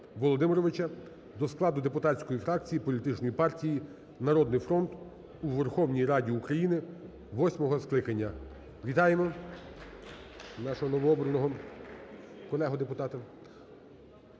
Володимировича до складу депутатської фракції політичної партії "Народний фронт" у Верховній Раді України восьмого скликання. Вітаємо нашого новообраного колегу депутата.